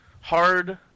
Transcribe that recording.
hard